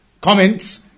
comments